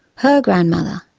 her grandmother,